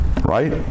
Right